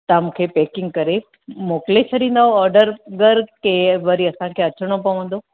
तां मुखे पैकिंग करे मोकिले छॾिंदव ऑर्डरु घरु के वरी असांखे अचणो पवंदो